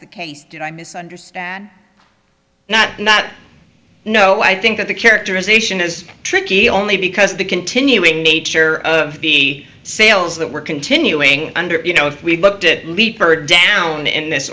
the case did i misunderstand not not no i think that the characterization is tricky only because the continuing nature of the sales that we're continuing under you know if we looked at leaper down in this